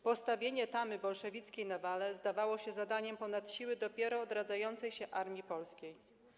Postawienie tamy bolszewickiej nawale zdawało się zadaniem ponad siły dopiero odradzającej się polskiej armii.